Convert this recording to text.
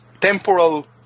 temporal